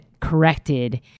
corrected